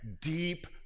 deep